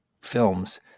films